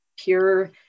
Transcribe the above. pure